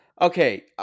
Okay